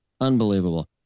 Unbelievable